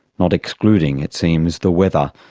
not excluding it seems the weather,